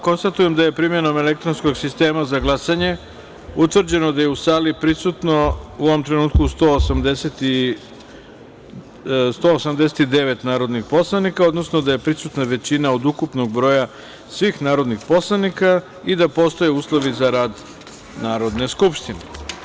Konstatujem da je primenom elektronskog sistema za glasanje, utvrđeno da je u sali prisutno 189 narodnih poslanika, odnosno da je prisutna većina od ukupnog broja svih narodnih poslanika i da postoje uslovi za rad Narodne skupštine.